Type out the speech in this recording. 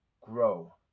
grow